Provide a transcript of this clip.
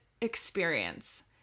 experience